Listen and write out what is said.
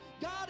God